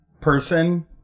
person